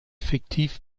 fiktiv